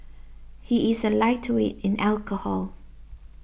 he is a lightweight in alcohol